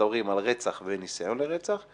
רצח וניסיון לרצח,